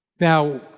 Now